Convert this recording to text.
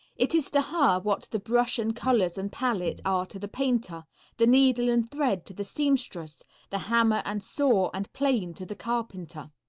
it is to her what the brush and colors and palette are to the painter the needle and thread to the seamstress the hammer and saw and plane to the carpenter.